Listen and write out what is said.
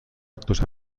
actos